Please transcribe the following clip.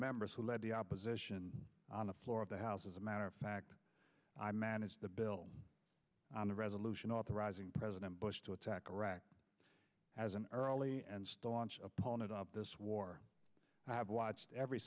members who led the opposition on the floor of the house as a matter of fact i managed the bill on a resolution authorizing president bush to attack iraq as an early and staunch opponent of this war i've watched every